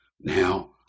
now